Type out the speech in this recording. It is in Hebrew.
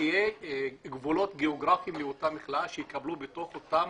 שיהיו גבולות גיאוגרפיים לאותה מכלאה שיקבלו בתוך אותם